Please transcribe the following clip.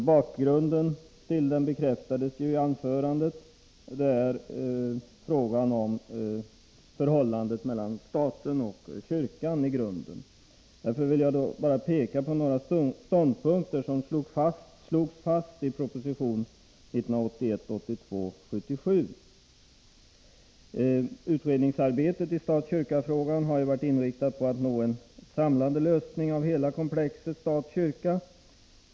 Bakgrunden till den bekräftades ju i anförandet, där frågan om förhållandet mellan staten och kyrkan är grunden. Därför vill jag peka på några ståndpunkter som slogs fast i proposition 1981/82:77. Utredningsarbetet i stat-kyrka-frågan har ju varit inriktat på att nå en samlande lösning av hela komplexet stat-kyrka.